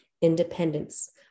independence